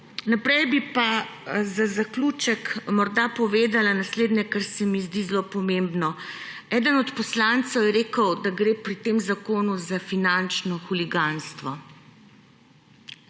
pomembno. Za zaključek bi morda povedala naslednje, kar se mi zdi zelo pomembno. Eden od poslancev je rekel, da gre pri tem zakonu za finančno huliganstvo.